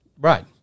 Right